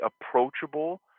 approachable